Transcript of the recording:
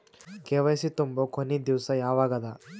KYC ತುಂಬೊ ಕೊನಿ ದಿವಸ ಯಾವಗದ?